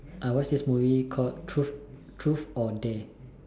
I watched this movie called truth truth or dare